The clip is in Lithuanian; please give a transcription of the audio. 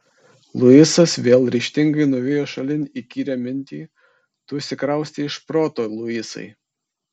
luisas vėl ryžtingai nuvijo šalin įkyrią mintį tu išsikraustei iš proto luisai